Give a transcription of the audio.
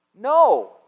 No